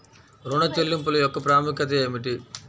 ఋణ చెల్లింపుల యొక్క ప్రాముఖ్యత ఏమిటీ?